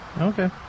Okay